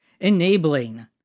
enabling